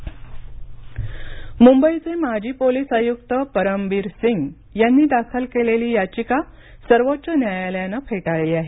पुरमबीर सिंग मुंबईचे माजी पोलीस आयुक्त परमबीर सिंग यांनी दाखल केलेली याचिका सर्वोच्च न्यायालयानं फेटाळली आहे